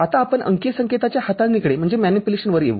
आता आपण अंकीय संकेताच्या हाताळणीकडे येऊ